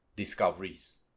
Discoveries